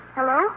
Hello